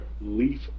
Leaf